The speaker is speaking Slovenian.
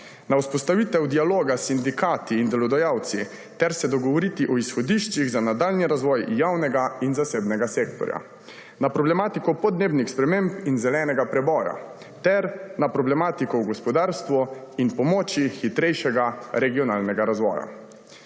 na vzpostavitev dialoga s sindikati in delodajalci ter se dogovoriti o izhodiščih za nadaljnji razvoj javnega in zasebnega sektorja; na problematiko podnebnih sprememb in zelenega preboja ter na problematiko v gospodarstvu in pomoč hitrejšemu regionalnemu razvoju.